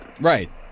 Right